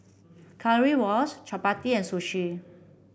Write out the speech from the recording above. Currywurst Chapati and Sushi